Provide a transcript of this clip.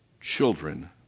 children